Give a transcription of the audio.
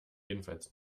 jedenfalls